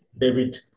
David